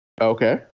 Okay